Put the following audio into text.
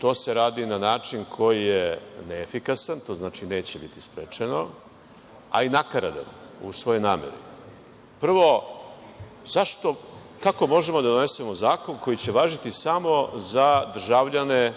To se radi na način koji je neefikasan, to znači neće biti sprečeno, a i nakaradan u svojoj nameri. Prvo, kako možemo da donesemo zakon koji će važiti samo za državljane